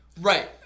Right